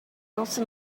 else